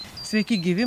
sveiki gyvi